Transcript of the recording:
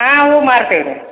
ಹಾಂ ಹೂವು ಮಾರ್ತಿವಿ ರೀ